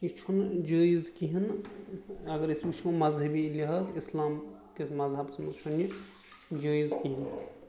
یہِ چھُنہٕ جٲیِز کِہینۍ نہٕ اَگر أسۍ وُچھو مَزہبی لِحاظ اِسلام کِس مزہبَس منٛز چھُنہٕ یہِ جٲیِز کِہینۍ